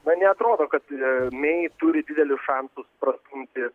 na neatrodo kad mei turi didelius šansus prastumti ir